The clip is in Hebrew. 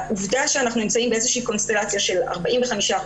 העובדה שאנחנו נמצאים באיזושהי קונסטלציה של 45%,